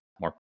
more